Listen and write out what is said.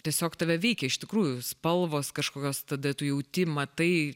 tiesiog tave veikia iš tikrųjų spalvos kažkokios tada tu jauti matai